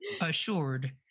assured